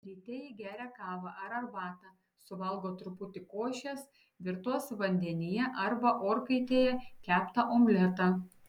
ryte ji geria kavą ar arbatą suvalgo truputį košės virtos vandenyje arba orkaitėje keptą omletą